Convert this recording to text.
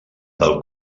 del